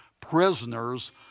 prisoners